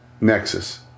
Nexus